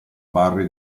barre